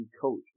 coach